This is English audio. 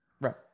Right